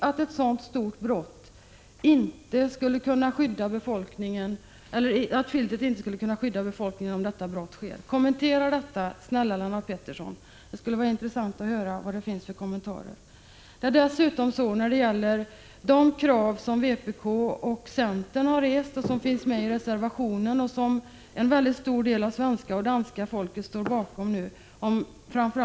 Vi vet att filtret inte kan skydda befolkningen, om ett sådant stort brott inträffar. Kommentera detta, snälle Lennart Pettersson! Vpk och centern har krävt att Barsebäck och Ringhals 2 skall tas ur drift. En stor del av det svenska och det norska folket står bakom det kravet.